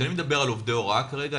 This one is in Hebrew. כשאני מדבר על עובדי הוראה כרגע,